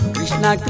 Krishna